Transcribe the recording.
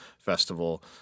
festival